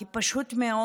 כי פשוט מאוד,